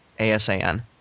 ASAN